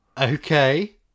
Okay